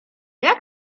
jak